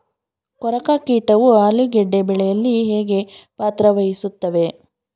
ಕೊರಕ ಕೀಟವು ಆಲೂಗೆಡ್ಡೆ ಬೆಳೆಯಲ್ಲಿ ಹೇಗೆ ಪಾತ್ರ ವಹಿಸುತ್ತವೆ?